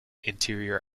interior